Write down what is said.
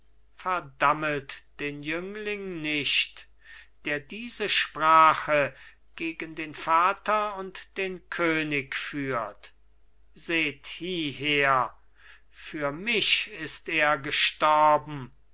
verdammet den jüngling nicht der diese sprache gegen den vater und den könig führt seht hieher für mich ist er gestorben